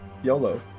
YOLO